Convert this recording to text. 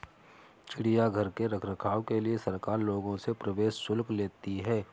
चिड़ियाघर के रख रखाव के लिए सरकार लोगों से प्रवेश शुल्क लेती है